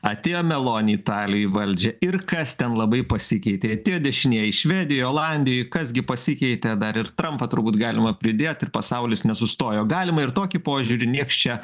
atėjo meloni italijoj į valdžią ir kas ten labai pasikeitė atėjo dešinieji švedijoj olandijoj kas gi pasikeitė dar ir trampą turbūt galima pridėt ir pasaulis nesustojo galima ir tokį požiūrį nieks čia